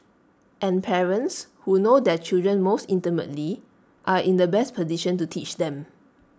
and parents who know their children most intimately are in the best petition to teach them